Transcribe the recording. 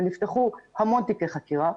ונפתחו המון תיקי חקירה,